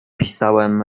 pisałem